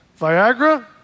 Viagra